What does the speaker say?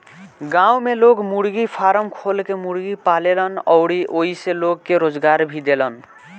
गांव में लोग मुर्गी फारम खोल के मुर्गी पालेलन अउरी ओइसे लोग के रोजगार भी देलन